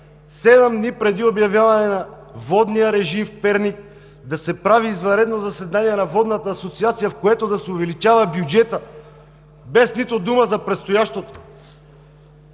дни преди обявяване на водния режим в Перник да се прави извънредно заседание на Водната асоциация, в което да се увеличава бюджетът, без нито дума за предстоящото.